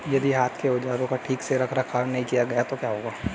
यदि हाथ के औजारों का ठीक से रखरखाव नहीं किया गया तो क्या होगा?